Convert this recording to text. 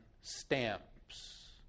stamps